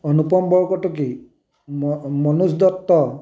অনুপম বৰকটকী ম মনোজ দত্ত